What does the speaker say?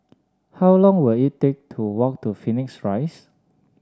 how long will it take to walk to Phoenix Rise